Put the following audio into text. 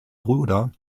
bruder